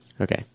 okay